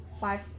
five